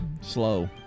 Slow